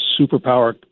superpower